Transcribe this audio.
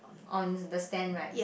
on the stand right